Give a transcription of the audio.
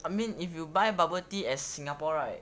I mean if you buy a bubble tea at singapore right